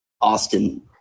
Austin